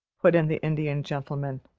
put in the indian gentleman.